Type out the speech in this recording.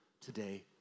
today